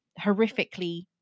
horrifically